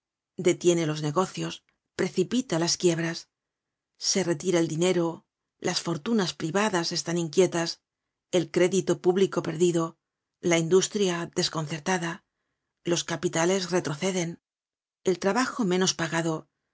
detiene los negocios precipita las quiebras se retira el dinero las fortunas privadas están inquietas el crédito público perdido la industria desconcertada los capitales retroceden el trabajo menos pagado en